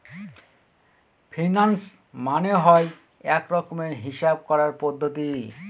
finance মানে হয় এক রকমের হিসাব করার পদ্ধতি